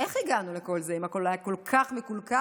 איך הגענו לכל זה אם הכול היה כל כך מקולקל